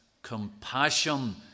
compassion